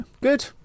good